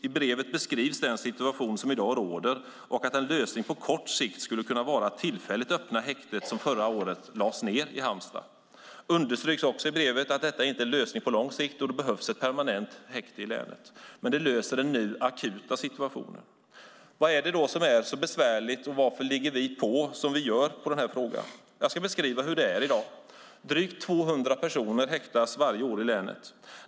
I brevet beskrivs den situation som i dag råder och att en lösning på kort sikt skulle kunna vara att tillfälligt öppna det häkte som förra året lades ned i Halmstad. Det understryks också i brevet att detta inte är någon lösning på lång sikt och att det behövs en permanent häkte i länet. Men det löser den nu akuta situationen. Vad är det då som är så besvärligt, och varför ligger vi på som vi gör i frågan? Jag ska beskriva hur det är i dag. Drygt 200 personer häktas varje år i länet.